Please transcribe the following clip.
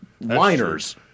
liners